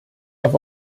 auf